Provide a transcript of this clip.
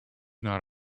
not